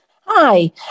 Hi